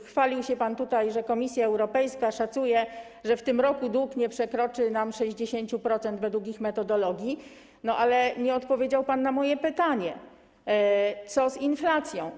Chwalił się pan tutaj, że Komisja Europejska szacuje, że w tym roku nasz dług nie przekroczy 60% według ich metodologii, ale nie odpowiedział pan na moje pytanie o to, co z inflacją.